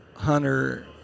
hunter